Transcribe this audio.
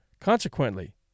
Consequently